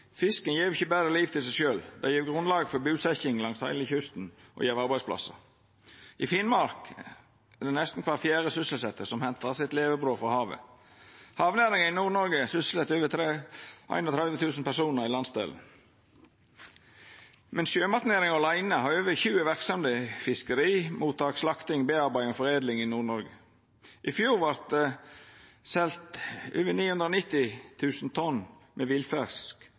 Fisken gjev ikkje berre liv til seg sjølv. Han gjev grunnlag for busetjing og arbeidsplassar langs heile kysten. I Finnmark hentar nesten kvar fjerde sysselsett levebrødet sitt frå havet. Havnæringa i Nord-Noreg sysselset over 31 000 personar i landsdelen. Sjømatnæringa åleine har over 20 verksemder innanfor fiskemottak, slakting og foredling i Nord-Noreg. I fjor vart det selt over 990 000 tonn med